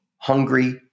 Hungry